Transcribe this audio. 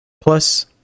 Plus